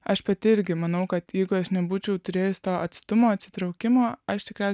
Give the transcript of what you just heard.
aš pati irgi manau kad jeigu aš nebūčiau turėjus to atstumo atsitraukimo aš tikrai